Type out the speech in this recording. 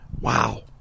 Wow